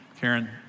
Karen